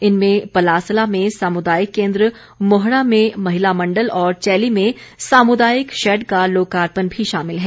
इनमें पलासला में सामुदायिक केंद्र मौहड़ा में महिला मंडल और चैली में सामुदायिक शैड का लोकार्पण भी शामिल है